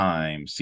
Time